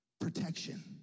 protection